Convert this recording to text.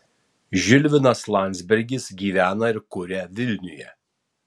žilvinas landzbergas gyvena ir kuria vilniuje